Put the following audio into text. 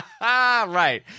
Right